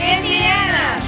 indiana